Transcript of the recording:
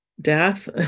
death